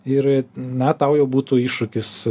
ir na tau jau būtų iššūkis